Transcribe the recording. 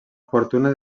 fortuna